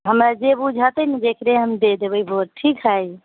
हमरा जे बूझेतै नऽ जकरे हम दऽ देबै भोट ठीक हइ